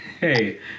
Hey